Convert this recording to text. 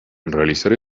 realizar